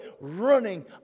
running